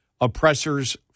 oppressors